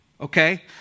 Okay